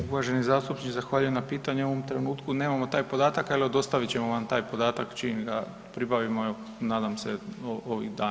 Pa uvaženi zastupniče zahvaljujem na pitanju, u ovom trenutku nemamo taj podatak, ali dostavit ćemo vam taj podataka čim pribavimo, evo nadam se ovih dana.